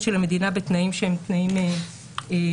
של המדינה בתנאים שהם תנאים מתאימים.